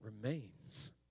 remains